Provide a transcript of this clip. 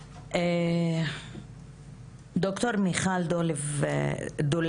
מנהלת המרכז ללמידה וחקר פגיעות באינטרנט את